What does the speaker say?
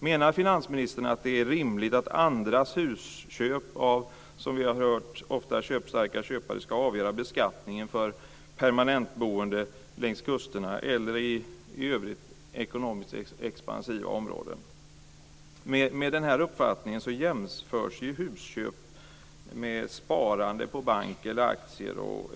Menar finansministern att det är rimligt att starka köpares husköp ska avgöra beskattningen för permanentboende längs kusterna eller i övriga expansiva områden? Men den uppfattningen jämförs ju husköp med sparande på bank eller aktieinnehav.